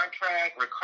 contract